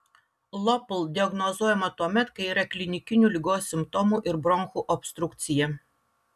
lopl diagnozuojama tuomet kai yra klinikinių ligos simptomų ir bronchų obstrukcija